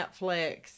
Netflix